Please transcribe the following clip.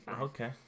Okay